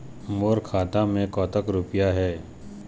मोर खाता मैं कतक रुपया हे?